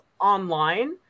online